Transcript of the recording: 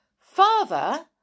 Father